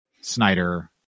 Snyder